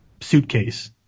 suitcase